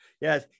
Yes